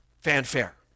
fanfare